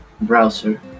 Browser